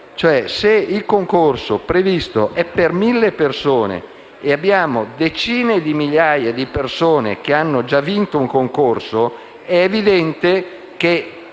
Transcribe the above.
Se il concorso previsto è per mille persone e abbiamo decine di migliaia di persone che ne hanno già vinto uno, è evidente che